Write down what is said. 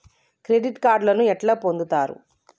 Credit కార్డులను ఎట్లా పొందుతరు?